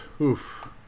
oof